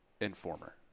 Informer